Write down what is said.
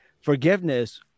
forgiveness